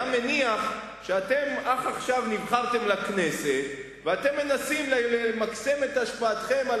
היה מניח שאתם אך עכשיו נבחרתם לכנסת ואתם מנסים למקסם את השפעתכם על